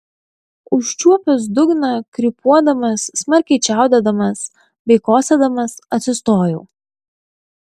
užčiuopęs dugną krypuodamas smarkiai čiaudėdamas bei kosėdamas atsistojau